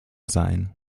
sein